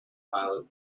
pilot